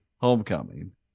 Homecoming